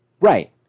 right